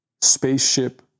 spaceship